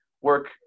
work